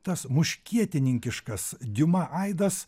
tas muškietininkiškas diuma aidas